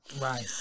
right